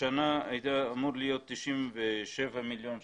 השנה היה אמור להיות 97 מיליון שקלים.